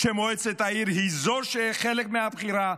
כשמועצת העיר היא זו שחלק מהבחירה,